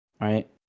Right